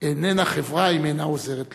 איננה חברה, אם אינה עוזרת להם.